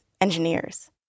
engineers